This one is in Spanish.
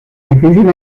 difícil